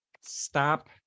Stop